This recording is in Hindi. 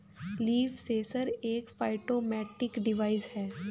लीफ सेंसर एक फाइटोमेट्रिक डिवाइस है